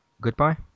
Goodbye